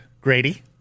Grady